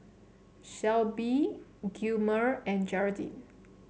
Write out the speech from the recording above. Shelbie Gilmer and Geraldine